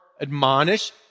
admonish